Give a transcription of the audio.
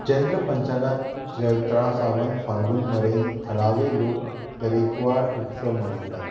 चंद्र पंचांगाक चैत्रासावन फाल्गून मरेन थळावे लोक तरेकवार उत्सव मनयतात